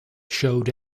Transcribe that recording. showed